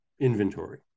inventory